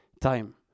time